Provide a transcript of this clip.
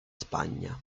spagna